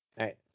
right